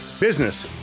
business